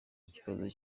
ikibazo